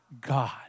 God